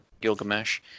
gilgamesh